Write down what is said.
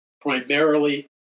primarily